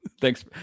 Thanks